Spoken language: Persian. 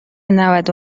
نود